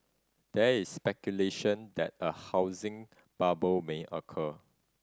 there is speculation that a housing bubble may occur